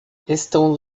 estão